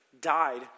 died